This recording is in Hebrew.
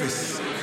אפס.